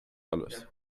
alles